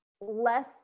less-